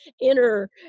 inner